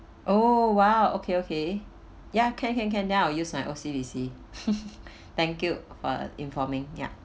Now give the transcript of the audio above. oh !wow! okay okay ya can can can then I'll use my O_C_B_C thank you for informing yup